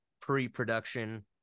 pre-production